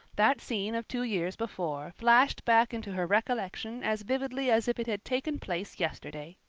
that scene of two years before flashed back into her recollection as vividly as if it had taken place yesterday.